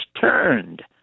turned